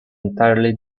entirely